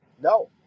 No